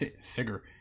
figure